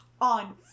on